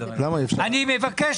אני מבקש